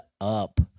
up